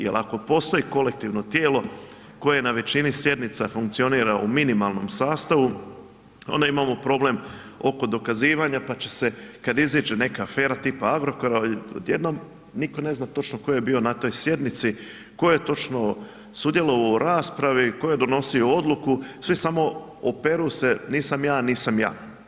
Jer ako postoji kolektivno tijelo koje na većini sjednica funkcionira u minimalnom sastavu onda imamo problem oko dokazivanja pa će se kad iziđe neka afera tipa Agrokora, odjednom nitko ne zna točno tko je bio na toj sjednici, tko je točno sudjelovao u raspravi, tko je donosio odluku, svi samo operu se nisam ja, nisam ja.